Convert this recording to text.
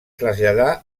traslladà